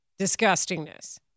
disgustingness